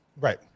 Right